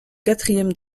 quatrième